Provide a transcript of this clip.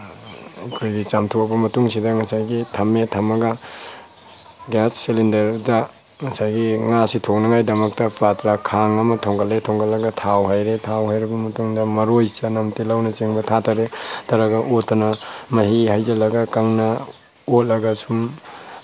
ꯑꯩꯈꯣꯏꯒꯤ ꯆꯥꯝꯊꯣꯛꯑꯕ ꯃꯇꯨꯡꯁꯤꯗ ꯉꯁꯥꯏꯒꯤ ꯊꯝꯃꯦ ꯊꯝꯃꯒ ꯒ꯭ꯌꯥꯁ ꯁꯤꯂꯤꯟꯗꯔꯗ ꯉꯁꯥꯏꯒꯤ ꯉꯥꯁꯤ ꯊꯣꯡꯅꯕꯒꯤꯗꯃꯇ ꯄꯥꯇ꯭ꯔ ꯈꯥꯡ ꯑꯃ ꯊꯣꯡꯒꯠꯂꯦ ꯊꯣꯉꯠꯂꯒ ꯊꯥꯎ ꯍꯩꯔꯦ ꯊꯥꯎ ꯍꯩꯔꯕ ꯃꯇꯨꯡꯗ ꯃꯔꯣꯏ ꯆꯅꯝ ꯇꯤꯜꯍꯧꯅꯆꯤꯡꯕ ꯊꯥꯊꯔꯦ ꯊꯥꯊꯔꯒ ꯑꯣꯠꯂꯦ ꯑꯣꯠꯇꯅ ꯃꯍꯤ ꯍꯩꯖꯤꯜꯂꯒ ꯀꯪꯅꯥ ꯑꯣꯠꯂꯒ ꯁꯨꯝ